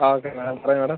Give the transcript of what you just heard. ആ ഓക്കെ ആ പറയൂ മാഡം